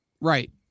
Right